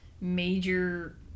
major